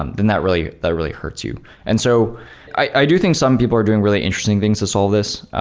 and then that really that really hurts you and so i do think some people are doing really interesting things to solve this.